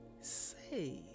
say